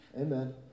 Amen